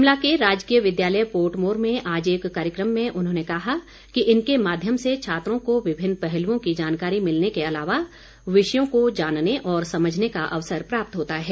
शिमला के राजकीय विद्यालय पोर्टमोर में आज एक कार्यक्रम में उन्होंने कहा कि इनके माध्यम से छात्रों को विभिन्न पहल्ओं की जानकारी मिलने के अलावा विषयों को जानने और समझने का अवसर प्राप्त होता है